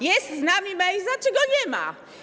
Jest z nami Mejza czy go nie ma?